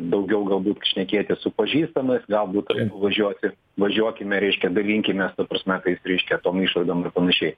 daugiau galbūt šnekėtis su pažįstamais galbūt važiuoti važiuokime reiškia dalinkimės ta prasme kais reiškia tom išlaidom ir panašiai